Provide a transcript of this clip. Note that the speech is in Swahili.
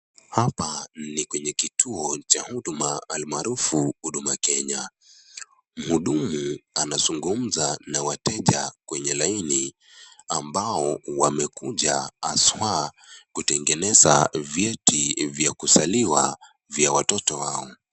Hapa ni kwenye kituo cha huduma almaarufu, Huduma Kenya. Mhudumu anazungumza na wateja kwenye laini ambao wamekuja haswa kutengeneza vyeti vya kuzaliwa vya watoto wao.